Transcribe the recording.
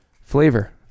flavor